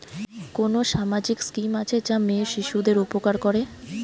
কোন সামাজিক স্কিম আছে যা মেয়ে শিশুদের উপকার করে?